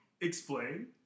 explain